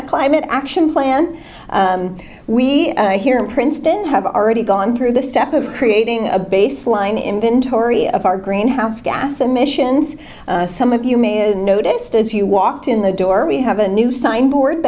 a climate action plan we here in princeton have already gone through the step of creating a baseline inventory of our greenhouse gas emissions some of you may have noticed as you walked in the door we have a new sign board